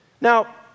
Now